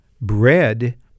bread